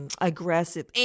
aggressive